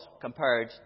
compared